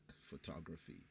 Photography